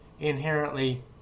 inherently